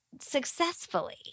successfully